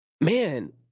man